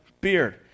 beard